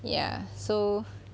ya so